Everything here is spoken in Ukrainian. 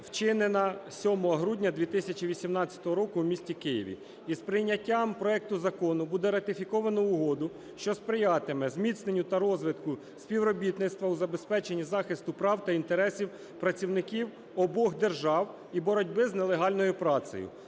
вчинена 7 грудня 2018 року в місті Києві. Із прийняттям проекту закону буде ратифіковано угоду, що сприятиме зміцненню та розвитку співробітництва у забезпеченні захисту прав та інтересів працівників обох держав і боротьби з нелегальною працею.